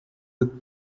with